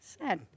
Sad